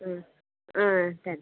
ஆ ஆ சரி